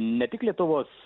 ne tik lietuvos